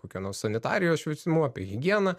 kokia nors sanitarijos švietimu apie higieną